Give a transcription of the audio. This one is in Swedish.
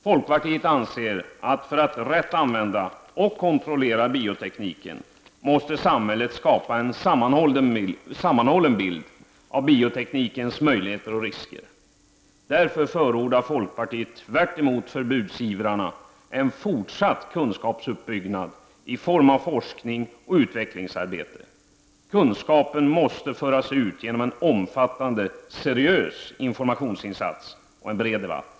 Folkpartiet anser att för att rätt använda — och kontrollera — biotekniken måste samhället skapa en sammanhållen bild av bioteknikens möjligheter och risker. Därför förordar folkpartiet tvärtemot förbudsivrarna en fortsatt kunskapsuppbyggnad i form av forskning och utvecklingsarbete. Kunskapen måste föras ut genom en omfattande seriös informationsinsats och en bred debatt.